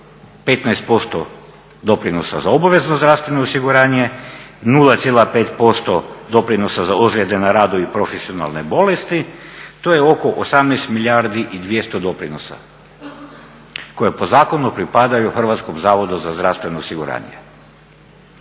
15% doprinosa za obavezno zdravstveno osiguranje, 0,5% doprinosa za ozljede na radu i profesionalne bolesti, to je oko 18 milijardi 200 doprinosa koje po zakonu pripadaju Hrvatskom zavodu za zdravstveno osiguranje.